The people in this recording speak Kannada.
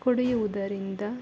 ಕುಡಿಯುವುದರಿಂದ